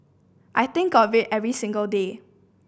I think of it every single day